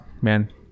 man